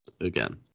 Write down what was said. again